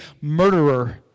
murderer